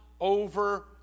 over